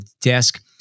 desk